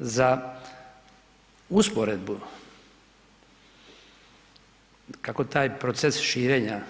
Za usporedbu kako taj proces širenja